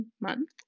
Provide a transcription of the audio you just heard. month